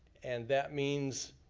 and that means,